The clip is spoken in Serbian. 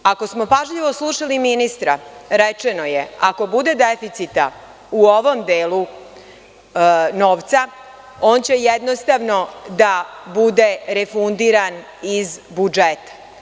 Ako smo pažljivo slušali ministra, rečeno je – ako bude deficita u ovom delu novca on će jednostavno da bude refundiran iz budžeta.